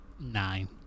nine